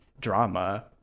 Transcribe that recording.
drama